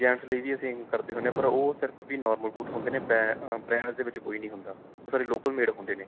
gents ਲਈ ਵੀ ਅਸੀਂ ਕਰਦੇ ਹੁੰਦੇ ਆ ਪਰ ਉਹ ਸਿਰਫ ਵੀ ਨੋਰਮਲ ਬੂਟ ਹੁੰਦੇ ਨੇ ਬਰਾਂਡ ਦੇ ਵਿੱਚ ਕੋਈ ਨਹੀਂ ਹੁੰਦਾ ਸਾਡੇ ਲੋਕ ਮੇਡ ਹੁੰਦੇ ਨੇ